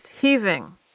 heaving